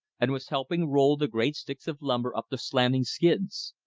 and was helping roll the great sticks of timber up the slanting skids.